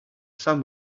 sun